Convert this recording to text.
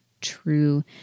true